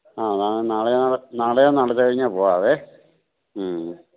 ആ നാളെയോ നാളത്തെ കഴിഞ്ഞോ പോകാം മ്മ്